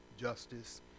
Justice